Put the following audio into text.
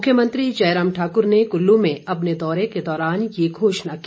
मुख्यमंत्री जयराम ठाक्र ने कल्लू में अपने दौरे के दौरान ये घोषणा की